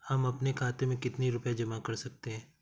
हम अपने खाते में कितनी रूपए जमा कर सकते हैं?